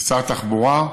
משרד התחבורה,